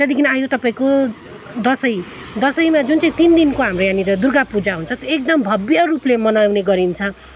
त्यहाँदेखि आयो तपाईँको दसैँ दसैँमा जुन चाहिँ तिन दिनको हाम्रो यहाँनिर दुर्गा पूजा हुन्छ त्यो एकदम भव्य रूपले मनाउने गरिन्छ